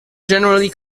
generally